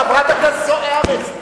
חברת הכנסת זוארץ,